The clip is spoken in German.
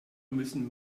müssen